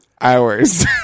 hours